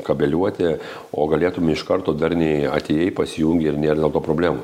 kabeliuoti o galėtume iš karto darniai atėjai pasijungei ir nėr dėl to problemų